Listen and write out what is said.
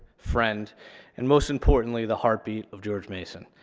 friend and, most importantly, the heartbeat of george mason.